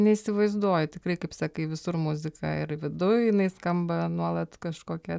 neįsivaizduoju tikrai kaip sakai visur muzika ir viduj jinai skamba nuolat kažkokia